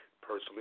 personally